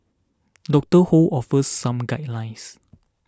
Doctor Ho offers some guidelines